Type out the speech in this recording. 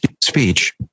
speech